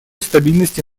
стабильности